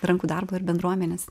rankų darbo ir bendruomenės